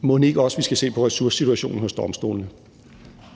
Mon ikke også vi skal se på ressourcesituationen hos domstolene?